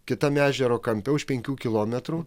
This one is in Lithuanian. kitam ežero kampe už penkių kilometrų